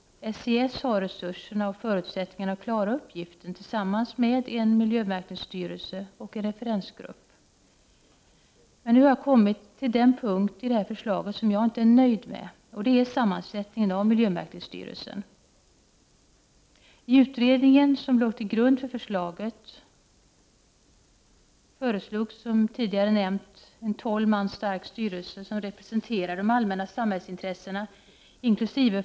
SIS har resurser och förutsättningar att klara uppgiften tillsammans med en miljömärkningsstyrelse och en referensgrupp. Nu har jag kommit till den punkt i det här förslaget som jag inte är nöjd med, och det är sammansättningen av miljömärkningsstyrelsen. I utredningen som låg till grund för förslaget föreslogs en tolv man stark styrelse, vilken renresenterar de allmänna samhällsintressena inkl.